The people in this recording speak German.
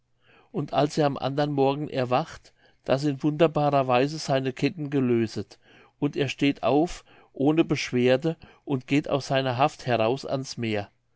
und als er am anderen morgen erwacht da sind wunderbarer weise seine ketten gelöset und er steht auf ohne beschwerde und geht aus seiner haft heraus ans meer